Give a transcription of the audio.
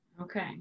Okay